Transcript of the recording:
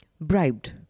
bribed